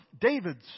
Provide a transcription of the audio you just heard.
David's